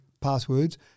passwords